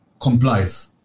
complies